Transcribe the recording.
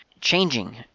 changing